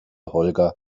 holger